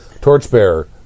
torchbearer